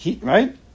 right